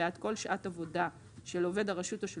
בעד כל שעת עבודה של עובד הרשות או של